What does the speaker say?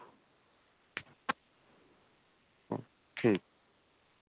ठीक